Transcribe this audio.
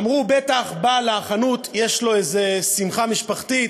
אמרו: בטח בעל החנות, יש לו איזה שמחה משפחתית,